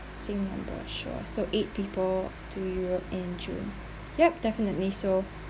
same number sure so eight people to europe and june yup definitely so